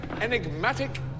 enigmatic